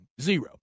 Zero